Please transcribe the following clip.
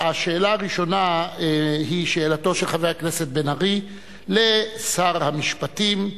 השאלה הראשונה היא שאלתו של חבר הכנסת בן-ארי לשר המשפטים,